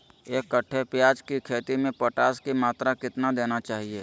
एक कट्टे प्याज की खेती में पोटास की मात्रा कितना देना चाहिए?